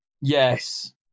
Yes